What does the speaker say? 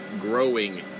growing